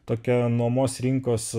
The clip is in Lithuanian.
tokia nuomos rinkos